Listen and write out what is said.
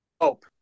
hope